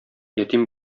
ятим